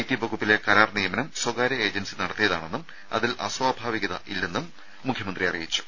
T വകുപ്പിലെ കരാർ നിയമനം സ്വകാര്യ ഏജൻസി നടത്തിയതാണെന്നും അതിൽ അസ്വാഭാവികത ഇല്ലെന്നും മുഖ്യമന്ത്രി അറിയിച്ചു